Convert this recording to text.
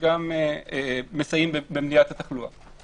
וגם מסייעים במניעת תחלואה.